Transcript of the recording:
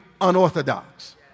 unorthodox